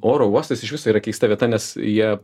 oro uostas iš viso yra keista vieta nes jie